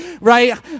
right